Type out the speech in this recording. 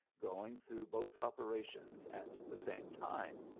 going through both operations at the same time,